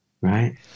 Right